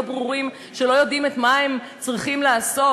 ברורים לא יודעים את מה הם צריכים לעשות,